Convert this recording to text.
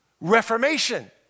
reformation